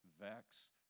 vex